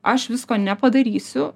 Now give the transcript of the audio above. aš visko nepadarysiu